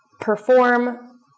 perform